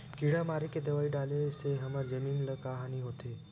किड़ा मारे के दवाई डाले से हमर जमीन ल का हानि होथे?